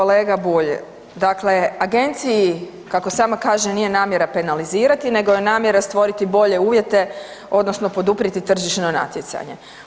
Uvaženi kolega Bulj, dakle agenciji kako sama kaže nije namjera penalizirati nego je namjera stvoriti bolje uvjete odnosno poduprijeti tržišno natjecanje.